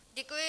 Děkuji.